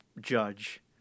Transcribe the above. judge